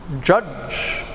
Judge